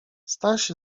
staś